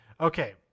okay